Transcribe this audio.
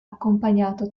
accompagnato